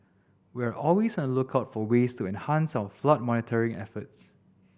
we are always on the lookout for ways to enhance our flood monitoring efforts